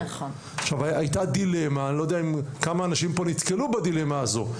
עכשיו הייתה דילמה אני לא יודע כמה אנשים פה נתקלו בדילמה הזו,